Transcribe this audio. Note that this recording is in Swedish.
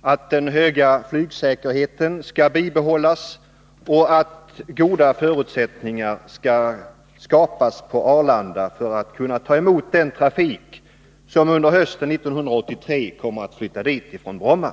att den höga flygsäkerheten skall bibehållas och att goda förutsättningar skall skapas på Arlanda för att ta emot den trafik som under hösten 1983 kommer att flytta dit från Bromma.